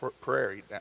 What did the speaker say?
Prairie